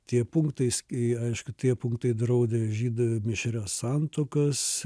tie punktais aišku tie punktai draudė žydų mišrias santuokas